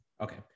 Okay